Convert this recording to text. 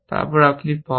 তারপর আপনি পপ